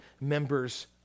members